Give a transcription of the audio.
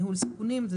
ניהול סיכונים.